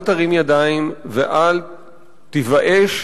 אל תרים ידיים ואל תיוואש,